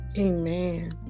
amen